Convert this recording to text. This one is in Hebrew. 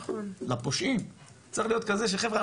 לפושעים צריך להיות כזה שחבר'ה,